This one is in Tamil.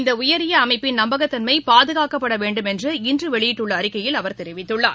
இந்தஉயரியஅமைப்பின் நம்பகத்தன்மைபாதுகாக்கப்படவேண்டும் என்று இன்றுவெளியிட்டஅறிக்கையில் தெரிவித்துள்ளார்